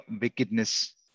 wickedness